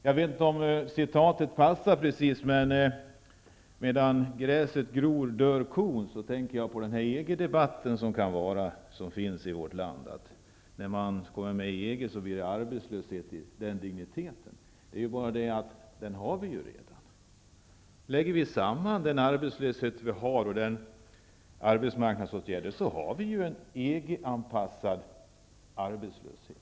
Jag vet inte om ordspråket, medan gräset gror dör kon, passar in här. Jag tänker på EG-debatten i vårt land, att vi när vi blir med i EG kommer att få en arbetslöshet av den här digniteten. Det är bara det att vi redan har den. Lägger vi samman den arbetslöshet vi har med antalet personer i arbetsmarknadsåtgärder har vi en EG-anpassad arbetslöshet.